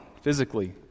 physically